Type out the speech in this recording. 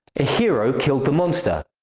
a hero killed the monster.